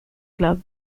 club